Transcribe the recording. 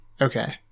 Okay